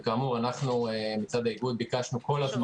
וכאמור, אנחנו מצד האיגוד ביקשנו כל הזמן.